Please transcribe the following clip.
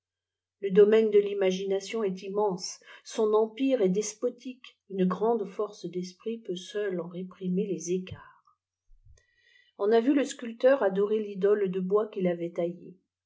le domaine de l'imagination eât immenàe son empire est de potigttè une grande force d'esprit peut seule en réprimer les éoarts r on a vu le sculpteur adorer l'idole de bois quil avait taillée